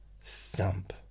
thump